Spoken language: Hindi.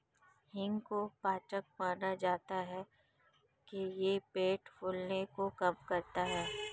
हींग को पाचक माना जाता है कि यह पेट फूलने को कम करता है